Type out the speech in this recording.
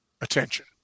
attention